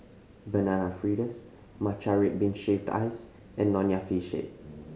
Banana Fritters matcha red bean shaved ice and Nonya Fish Head